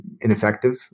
ineffective